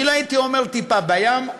אני לא הייתי אומר טיפה בים,